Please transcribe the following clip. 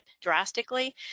drastically